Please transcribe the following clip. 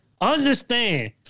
Understand